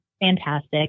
Fantastic